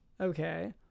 Okay